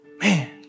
Man